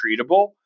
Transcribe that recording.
treatable